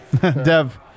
Dev